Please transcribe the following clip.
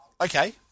Okay